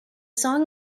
song